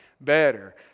better